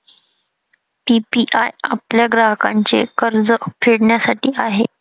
PPI आपल्या ग्राहकांचे कर्ज फेडण्यासाठी आहे